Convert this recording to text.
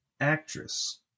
actress